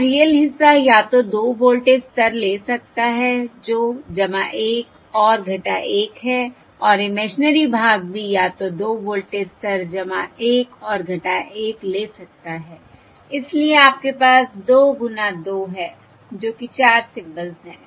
और रियल हिस्सा या तो 2 वोल्टेज स्तर ले सकता है जो 1 और 1 है और इमेजिनरी भाग भी या तो 2 वोल्टेज स्तर 1 और 1 ले सकता है इसलिए आपके पास दो गुना 2 है जो कि 4 सिंबल्स हैं